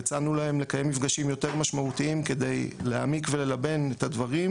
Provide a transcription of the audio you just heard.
והצענו להם לקיים מפגשים יותר משמעותיים כדי להעמיק וללבן את הדברים,